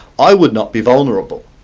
i would not be vulnerable,